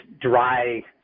dry